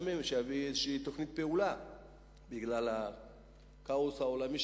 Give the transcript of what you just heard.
ממנו שיביא איזו תוכנית פעולה בגלל הכאוס העולמי.